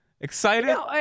Excited